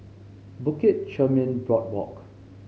Bukit Chermin Boardwalk